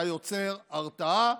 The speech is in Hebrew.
אתה יוצר הרתעה,